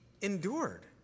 endured